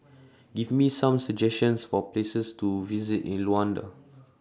Give Me Some suggestions For Places to visit in Luanda